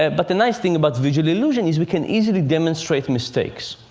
but the nice thing about visual illusion is we can easily demonstrate mistakes.